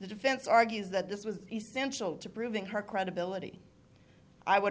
the defense argues that this was essential to proving her credibility i would